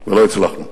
ולא הצלחנו.